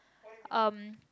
um